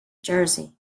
jersey